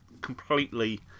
completely